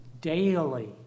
daily